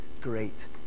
great